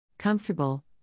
Comfortable